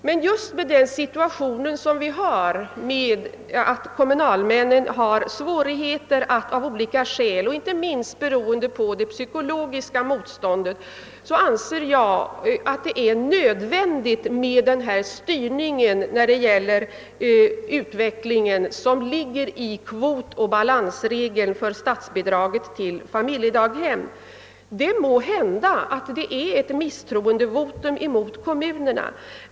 Men just därför att kommunalmännen av olika skäl — inte minst beroende på det psykologiska motståndet — har svårigheter att acceptera institutionsvård, anser jag att det är nödvändigt med den styrning av utvecklingen som åstadkommes genom kvotoch balansregeln för statsbidraget till familjedaghem. Måhända är det ett misstroendevotum mot kommunerna.